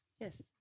Yes